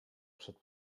przed